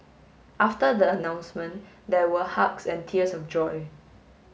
after the announcement there were hugs and tears of joy